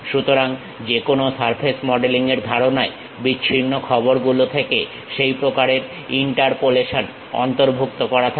সুতরাং যেকোনো surface modelling এর ধারণায় বিচ্ছিন্ন খবরগুলো থেকে সেই প্রকারের ইন্টারপোলেশন অন্তর্ভুক্ত করা থাকে